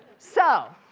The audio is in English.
so